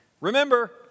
Remember